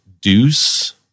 Deuce